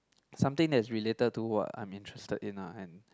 something that's related to what I'm interested in an and